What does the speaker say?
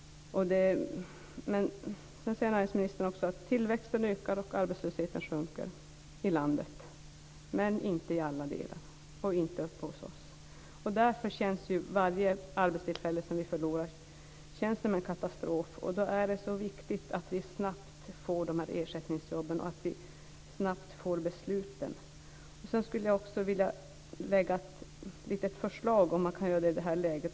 Näringsministern säger att tillväxten ökar och arbetslösheten sjunker i landet, men inte i alla delar - och inte uppe hos oss. Därför känns varje arbetstillfälle som vi förlorar som en katastrof. Då är det så viktigt att vi snabbt får ersättningsjobben och att vi snabbt får besluten. Sedan skulle jag vilja lägga fram ett litet förslag, om man kan göra i det här läget.